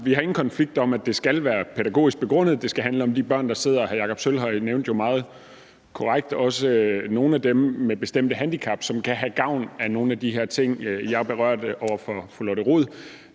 i forbindelse med at det skal være pædagogisk begrundet, og at det skal handle om de konkrete børn. Hr. Jakob Sølvhøj nævnte jo meget korrekt også nogle af dem med bestemte handicap, som kan have gavn af nogle af de her ting, og jeg berørte over for fru Lotte Rod